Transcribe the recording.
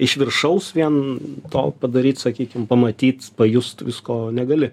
iš viršaus vien to padaryt sakykim pamatyt pajust visko negali